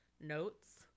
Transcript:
notes